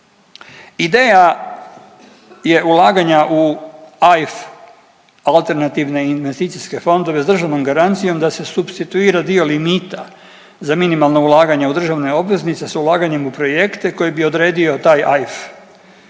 Ideja je ulaganja u AIF, alternativne investicijske fondove s državnom garancijom da se supstituira dio limita za minimalna ulaganja u državne obveznice s ulaganjem u projekte koje bi odredio taj AIF.